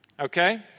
Okay